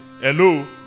Hello